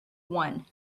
one